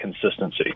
consistency